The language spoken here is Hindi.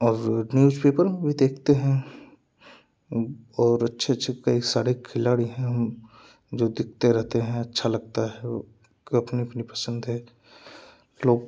और न्यूज़पेपर में भी देखते है और अच्छे अच्छे कई सारे खिलाड़ी हैं जो दिखते रहते हैं अच्छा लगता अपनी अपनी पसंद है लोग